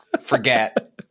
forget